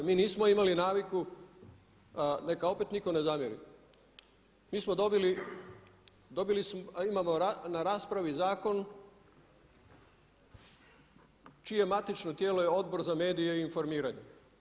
Mi nismo imali naviku, neka opet nitko ne zamjeri, mi smo dobili, a imamo na raspravi zakon čije matično tijelo je Odbor za medije i informiranje.